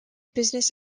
business